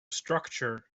structure